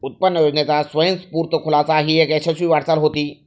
उत्पन्न योजनेचा स्वयंस्फूर्त खुलासा ही एक यशस्वी वाटचाल होती